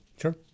Sure